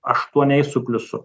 aštuoniais su pliusu